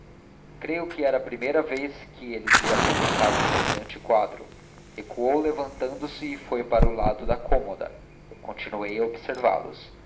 creio que era a primeira vez que eles lhe apresentavam semelhante quadro recuou levantando-se e foi para o lado da cômoda eu continuei a observá los